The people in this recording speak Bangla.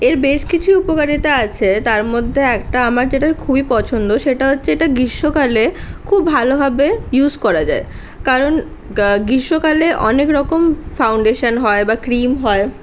এর বেশ কিছু উপকারিতা আছে তার মধ্যে একটা আমার যেটা খুবই পছন্দ সেটা হচ্ছে এটা গ্রীষ্মকালে খুব ভালোভাবে ইউস করা যায় কারণ গ্রীষ্মকালে অনেক রকম ফাইন্ডেশান হয় বা ক্রিম হয়